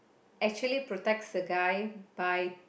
actually protects the guy by